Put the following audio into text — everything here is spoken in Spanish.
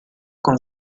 con